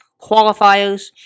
qualifiers